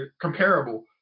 comparable